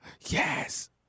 Yes